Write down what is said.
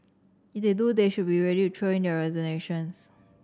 if they do they should be ready to throw in their resignations